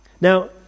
now